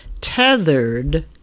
tethered